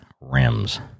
rims